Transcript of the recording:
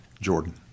Jordan